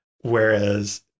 Whereas